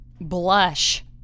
blush